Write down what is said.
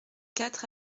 quatre